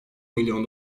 milyon